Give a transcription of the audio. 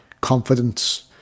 confidence